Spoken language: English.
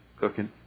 cooking